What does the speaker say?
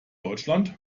deutschland